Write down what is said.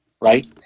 right